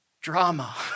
drama